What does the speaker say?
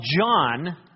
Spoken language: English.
John